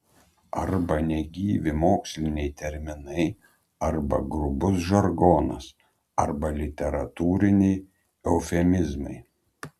arba negyvi moksliniai terminai arba grubus žargonas arba literatūriniai eufemizmai